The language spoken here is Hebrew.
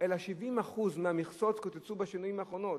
70% מהמכסות קוצצו בשנים האחרונות.